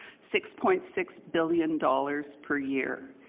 six point six billion dollars per year.